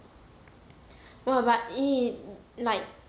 !wah! but !ee! like